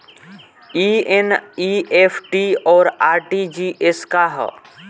ई एन.ई.एफ.टी और आर.टी.जी.एस का ह?